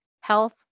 health